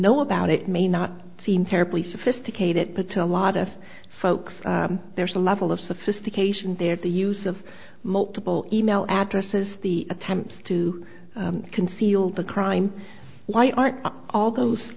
know about it may not seem terribly sophisticated patel a lot of folks there's a level of sophistication there the use of multiple email addresses the attempts to conceal the crime why aren't all those